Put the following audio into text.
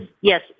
yes